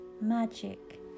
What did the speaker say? magic